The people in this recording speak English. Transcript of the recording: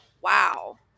wow